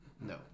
No